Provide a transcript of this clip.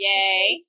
Yay